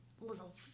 little